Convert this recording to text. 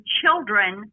children